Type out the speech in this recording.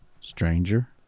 Stranger